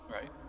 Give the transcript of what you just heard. Right